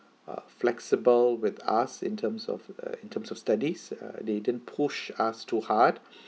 uh flexible with us in terms of uh in terms of studies uh they didn't push us too hard